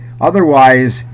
otherwise